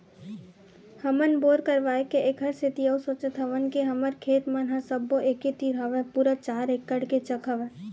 हमन बोर करवाय के ऐखर सेती अउ सोचत हवन के हमर खेत मन ह सब्बो एके तीर हवय पूरा चार एकड़ के चक हवय